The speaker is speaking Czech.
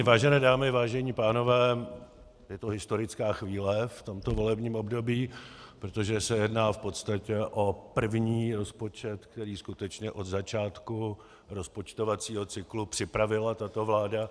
Vážené dámy, vážení pánové, je to historická chvíle v tomto volebním období, protože se jedná v podstatě o první rozpočet, který skutečně od začátku rozpočtovacího cyklu připravila tato vláda.